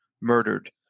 murdered